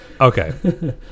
Okay